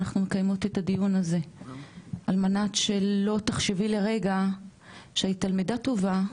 אנחנו מקיימות את הדיון הזה על מנת שלא תחשבי לרגע שהיית תלמידה טובה,